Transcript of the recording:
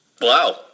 Wow